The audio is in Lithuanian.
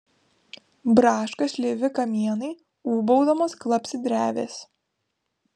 braška šleivi kamienai ūbaudamos klapsi drevės